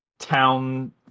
town